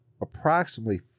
approximately